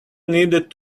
needed